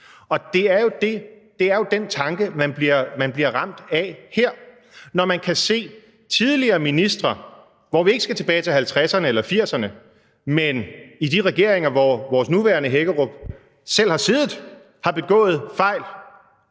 og det er jo den tanke, man bliver ramt af her. Når man kan se, at tidligere ministre, hvor vi ikke skal tilbage til 1950'erne eller 1980'erne, men i de regeringer, hvor vores nuværende Hækkerup selv har siddet, har begået fejl,